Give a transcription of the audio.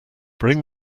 bring